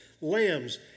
lambs